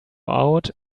out